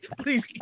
Please